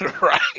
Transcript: Right